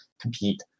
compete